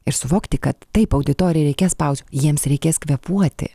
ir suvokti kad taip auditoriją reikia spaust jiems reikės kvėpuoti